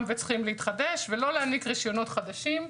וצריכים להתחדש ולא להעניק רשיונות חדשים.